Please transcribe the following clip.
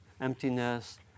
emptiness